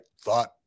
thought